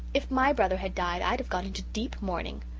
if my brother had died i'd have gone into deep mourning.